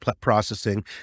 processing